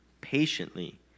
patiently